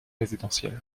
résidentiels